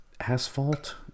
asphalt